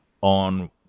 on